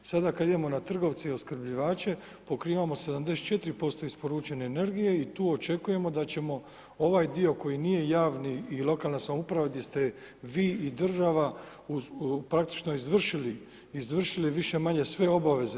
Sada kad idemo na trgovce i opskrbljivače pokrivamo 74% isporučene energije i tu očekujemo da ćemo ovaj dio koji nije javni i lokalna samouprava gdje ste vi i država praktično izvršili više-manje sve obaveze.